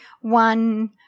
one